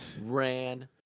Ran